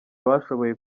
bashoboye